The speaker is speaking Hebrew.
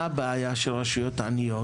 מה הבעיה של רשויות עניות?